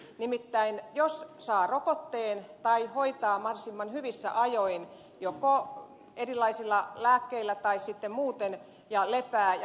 nimittäin jos saa rokotteen tai hoitaa mahdollisimman hyvissä ajoin joko erilaisilla lääkkeillä tai sitten muuten ja lepää ja niin edelleen